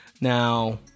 Now